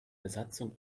besatzung